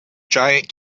giant